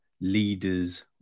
leaders